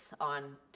on